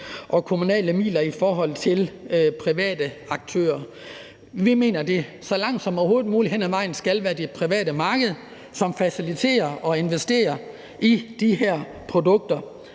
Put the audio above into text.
og kommunale midler i forhold til private aktører. Vi mener, at det så langt som overhovedet muligt hen ad vejen skal være det private marked, som faciliterer og investerer i de her produkter.